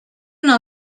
una